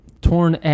Torn